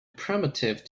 primitive